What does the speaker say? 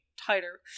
tighter